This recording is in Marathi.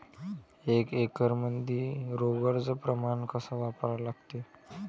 एक एकरमंदी रोगर च प्रमान कस वापरा लागते?